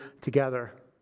together